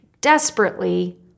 desperately